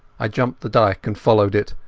i jumped the dyke and followed it,